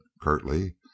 curtly